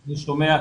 אני שומע.